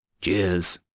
Cheers